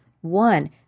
One